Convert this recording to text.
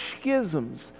schisms